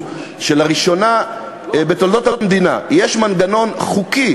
שלראשונה בתולדות המדינה יש מנגנון חוקי,